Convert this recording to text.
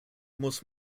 muss